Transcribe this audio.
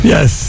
Yes